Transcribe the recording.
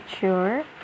sure